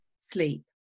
sleep